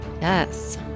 Yes